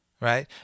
right